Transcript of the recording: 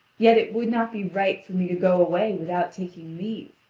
yet it would not be right for me to go away without taking leave.